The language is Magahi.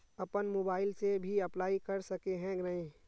अपन मोबाईल से भी अप्लाई कर सके है नय?